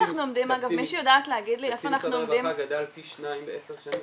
תקציב משרד הרווחה גדל פי שניים בעשר שנים.